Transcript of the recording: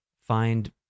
find